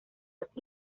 los